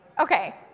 Okay